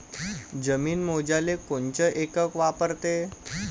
जमीन मोजाले कोनचं एकक वापरते?